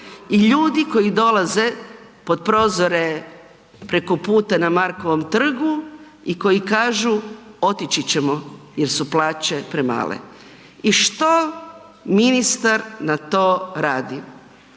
i ljudi koji dolaze pod prozore preko puta na Markovom trgu i koji kažu otići ćemo jer su plaće premale. I što ministar na to radi?